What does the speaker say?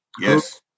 Yes